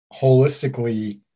holistically